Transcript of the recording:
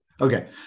okay